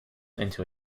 into